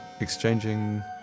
exchanging